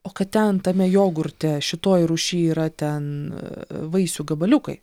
o kad ten tame jogurte šitoj rūšy yra ten vaisių gabaliukai